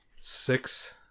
Six